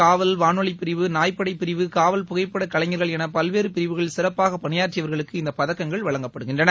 காவல் வானொலி பிரிவு நாய்ப்படைப் பிரிவு காவல் புகைப்பட கலைஞர்கள் என பல்வேறு பிரிவுகளில் சிறப்பாக பணியாற்றியவர்களுக்கு இந்த பதக்கங்கள் வழங்கப்படுகின்றன